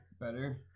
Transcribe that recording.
Better